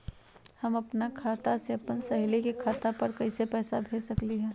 हम अपना खाता से अपन सहेली के खाता पर कइसे पैसा भेज सकली ह?